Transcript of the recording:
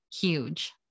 huge